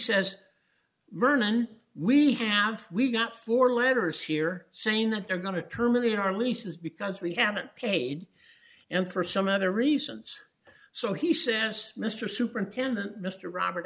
says vernon we have we got four letters here saying that they're going to terminate our leases because we haven't paid him for some other reasons so he says mr superintendent mr robert